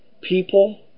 people